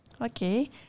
Okay